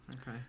Okay